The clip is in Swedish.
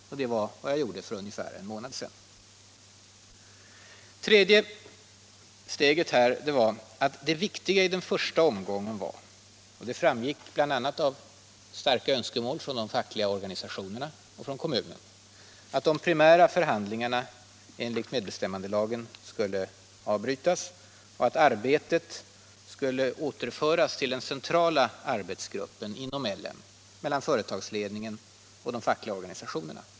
Det var vad jag gjorde för ungefär en månad sedan. 3. Det viktiga i den första omgången var — vilket framgick bl.a. av starka önskemål från de fackliga organisationernas och kommunens sida - att de primära förhandlingarna enligt medbestämmandelagen skulle avbrytas och att arbetet skulle återföras till den centrala arbetsgruppen inom LM, mellan företagsledningen och de fackliga organisationerna.